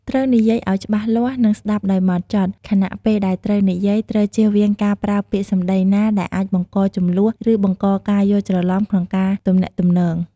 ត្រូវនិយាយអោយច្បាស់លាស់ និងស្តាប់ដោយម៉ត់ចត់ ខណៈពេលដែលត្រូវនិយាយត្រូវជៀសវាងការប្រើពាក្យសម្ដីណាដែលអាចបង្ករជម្លោះ ឬបង្កការយល់ច្រឡំក្នុងការទំនាក់ទំនង។